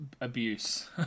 abuse